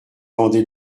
vendait